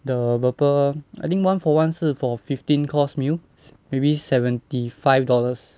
the Burpple I think one for one 是 for fifteen course meal maybe seventy five dollars